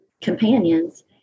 companions